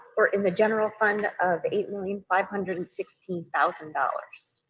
or in the general fund of eight million five hundred and sixteen thousand dollars.